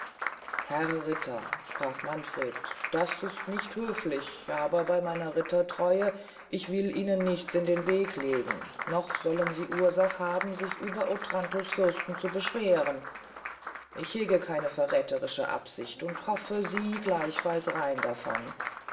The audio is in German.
herr ritter sprach manfred das ist nicht höflich aber bey meiner rittertreue ich will ihnen nichts in den weg legen noch sollen sie ursach haben sich über otranto's fürsten zu beschweren ich hege keine verrätherische absicht und hoffe sie gleichfalls sind rein davon